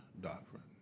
doctrine